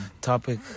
topic